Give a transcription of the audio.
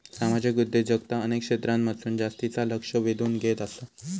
सामाजिक उद्योजकता अनेक क्षेत्रांमधसून जास्तीचा लक्ष वेधून घेत आसा